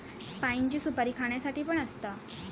पाइनची सुपारी खाण्यासाठी पण असता